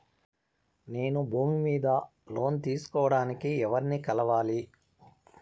నేను భూమి మీద లోను తీసుకోడానికి ఎవర్ని కలవాలి?